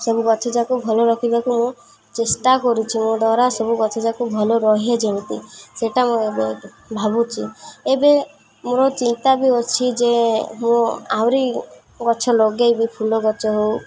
ସବୁ ଗଛ ଯାକୁ ଭଲ ରଖିବାକୁ ମୁଁ ଚେଷ୍ଟା କରୁଛିି ମୋ ଦ୍ୱାରା ସବୁ ଗଛ ଯାକୁ ଭଲ ରହେ ଯେମିତି ସେଇଟା ମୁଁ ଏବେ ଭାବୁଛି ଏବେ ମୋର ଚିନ୍ତା ବି ଅଛି ଯେ ମୁଁ ଆହୁରି ଗଛ ଲଗାଇବି ଫୁଲ ଗଛ ହଉ